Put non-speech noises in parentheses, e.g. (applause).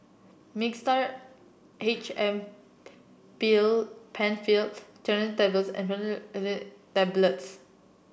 Mixtard H M (unintelligible) Penfill Cinnarizine Tablets (unintelligible) Tablets